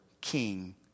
King